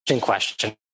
question